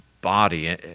body